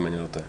אם אני לא טועה.